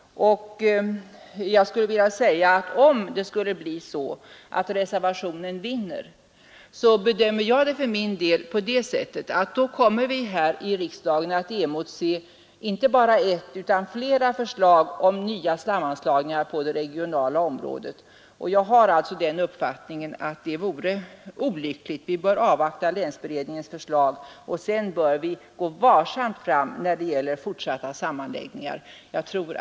Om det skulle bli så att reservationen vinner kommer vi här i riksdagen att få emotse inte bara ett utan flera förslag om nya sammanslagningar på det regionala området. Jag har den uppfattningen att det vore olyckligt. Vi bör avvakta länsberedningens förslag och därefter gå varsamt fram när det gäller fortsatta sammanläggningar.